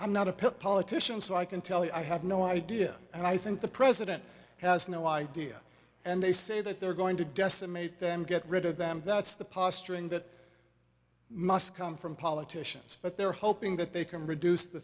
i'm not a pick politician so i can tell you i have no idea and i think the president has no idea and they say that they're going to decimate them get rid of them that's the posturing that must come from politicians but they're hoping that they can reduce the